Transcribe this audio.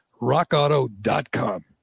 rockauto.com